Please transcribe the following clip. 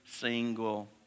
single